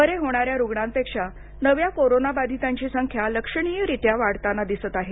बरे होणाऱ्या रुग्णांपेक्षा नव्या कोरोनाबाधितांची संख्या लक्षणीयरित्या वाढताना दिसत आहे